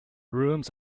rooms